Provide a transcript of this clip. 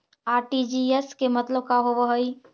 RTGS के मतलब का होव हई?